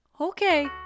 okay